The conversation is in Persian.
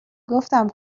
گفتم